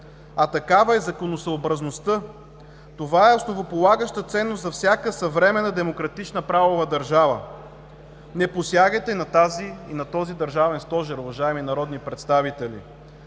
а такава е законосъобразността. Това е основополагаща ценност за всяка съвременна демократична правова държава. Не посягайте и на този държавен стожер, уважаеми народни представители!